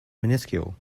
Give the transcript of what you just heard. minuscule